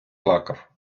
плакав